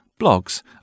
blogs